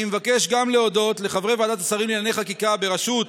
אני מבקש להודות גם לחברי ועדת שרים לענייני חקיקה בראשות